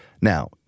Now